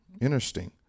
interesting